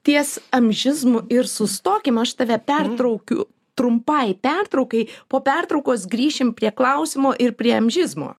ties amžizmu ir sustokim aš tave pertraukiu trumpai pertraukai po pertraukos grįšim prie klausimo ir prie amžizmo